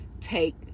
Take